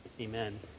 Amen